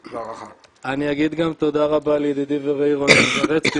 אני אגיד גם תודה רבה לידידי ורעי רונן זרצקי,